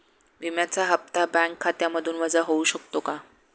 विम्याचा हप्ता बँक खात्यामधून वजा होऊ शकतो का?